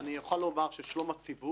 אבל אני רוצה לומר דברים שחשוב שתשמעו